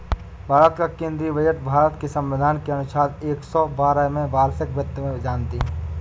भारत का केंद्रीय बजट भारत के संविधान के अनुच्छेद एक सौ बारह में वार्षिक वित्त में जानते है